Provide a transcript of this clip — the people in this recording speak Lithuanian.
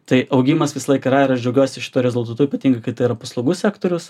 tai augimas visąlaik yra ir aš džiaugiuosi šituo rezultatu ypatingai kad paslaugų sektorius